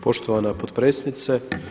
Poštovana potpredsjednice.